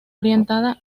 orientada